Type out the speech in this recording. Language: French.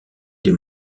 des